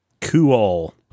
Cool